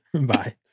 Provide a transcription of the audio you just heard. bye